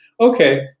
Okay